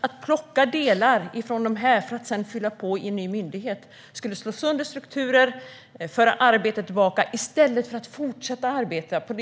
Att plocka delar från de här för att fylla på i en ny myndighet skulle slå sönder strukturer och föra arbetet tillbaka, vilket jag tycker skulle vara olyckligt.